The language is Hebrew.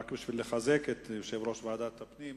רק בשביל לחזק את יושב-ראש ועדת הפנים.